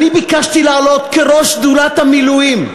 אני ביקשתי לעלות כראש שדולת המילואים,